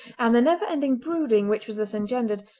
and the never-ending brooding which was thus engendered,